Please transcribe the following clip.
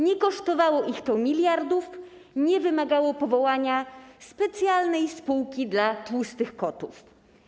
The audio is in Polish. Nie kosztowało ich to miliardów, nie wymagało powołania specjalnej spółki dla tłustych kotów.